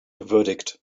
verdict